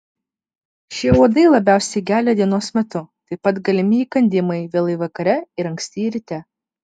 šie uodai labiausiai gelia dienos metu taip pat galimi įkandimai vėlai vakare ir anksti ryte